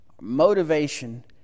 Motivation